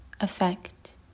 effect